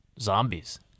zombies